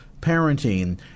parenting